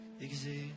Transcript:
exist